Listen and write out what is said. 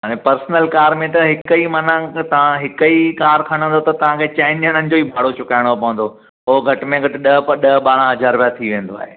हाणे personal car में त हिकु ई माना तव्हां हिकु ई कार खणंदा त तव्हांखे चइनि ॼणनि जो ई भाड़ो चुकाइणो पवंदो पोइ घटि में घटि ॾह ॾह ॿारहं हज़ार रुपया थी वेंदो आहे